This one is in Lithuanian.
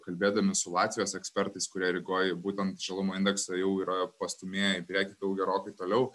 kalbėdami su latvijos ekspertais kurie rygoj būtent žalumo indeksą jau yra pastūmėję į priekį gerokai toliau